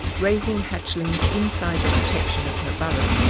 raising hatchlings inside the protection of her burrow,